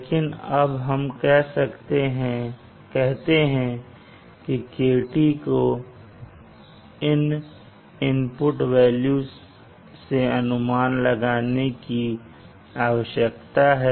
लेकिन अब हम कहते हैं कि KT को इन इनपुट वैल्यू से अनुमान लगाने की आवश्यकता है